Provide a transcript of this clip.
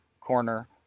corner